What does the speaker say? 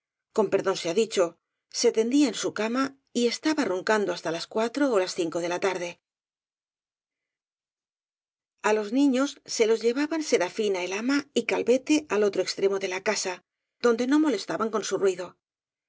con per dón sea dicho se tendía en su cama y estaba ron cando hasta las cuatro ó las cinco de la tarde á los niños se los llevaban serafina elama y calvete al otro extremo de la casa donde no molesta ban con su ruido